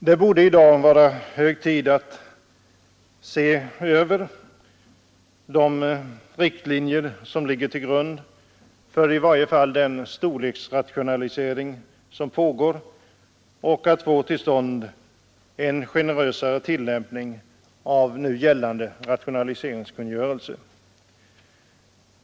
Det borde i dag vara hög tid att se över de riktlinjer som ligger till grund för i varje fall den storleksrationalisering som pågår och försöka få till stånd en generösare tillämpning av gällande rationaliseringskungörelse.